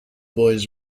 boys